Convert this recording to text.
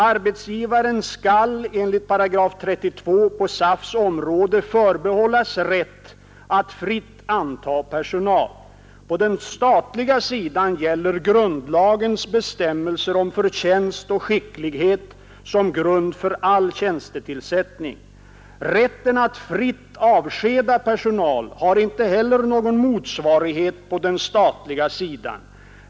Arbetsgivaren skall enligt § 32 på SAF:s område förbehållas rätt att fritt anta personal. På den statliga sidan gäller grundlagens bestämmelser om förtjänst och skicklighet som grund för all tjänstetillsättning. Rätten att fritt avskeda personal har inte heller någon motsvarighet på den statliga sidan.